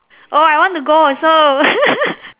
oh I want to go also